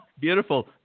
Beautiful